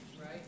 Right